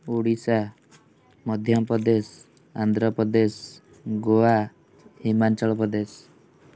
Odisha Madhya Pradesh Andhra Pradesh Goa Himachal Pradesh